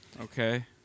Okay